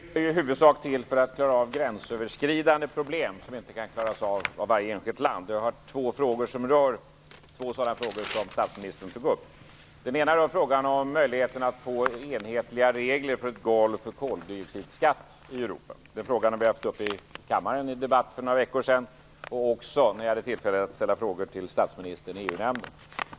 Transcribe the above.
Fru talman! EU är huvudsakligen till för att klara av gränsöverskridande problem som inte kan klaras av av varje enskilt land. Jag har två frågor som rör det som statsministern tog upp. Den ena frågan rör möjligheten att få enhetliga regler i Europa för ett golv för koldioxidskatten. Den frågan har varit uppe till debatt här i kammaren för några veckor sedan och när vi hade tillfälle att ställa frågor till statsministern i EU-nämnden.